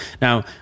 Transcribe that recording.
now